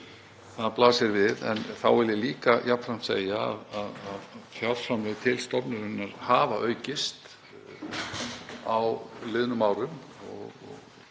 Það blasir við. En þá vil ég líka jafnframt segja að fjárframlög til stofnunarinnar hafa aukist á liðnum árum